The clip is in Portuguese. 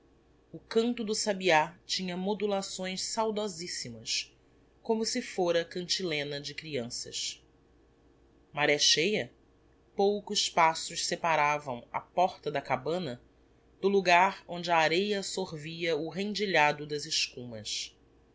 o canto do sabiá tinha modulações saudosissimas como se fôra cantilena de creanças maré cheia poucos passos separavam a porta da cabana do logar onde a areia sorvia o rendilhado das escumas